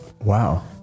Wow